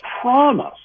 promise